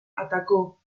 atacó